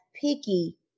picky